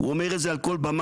הוא אומר את זה על כל במה.